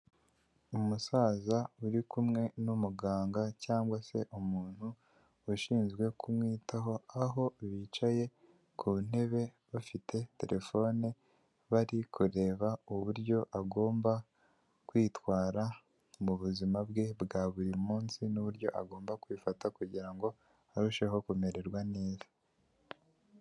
Umusaza uri kumwe n'umuganga cyangwa se umuntu ushinzwe kumwitaho, aho bicaye ku ntebe bafite terefone bari kureba uburyo agomba kwitwara mu buzima bwe bwa buri munsi, n'uburyo agomba kwifata kugira ngo arusheho kumererwa neza.